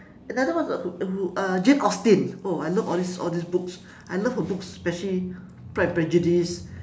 another one who who uh jane austen I love all these all these books I love her books especially pride and prejudice